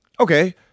okay